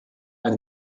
ein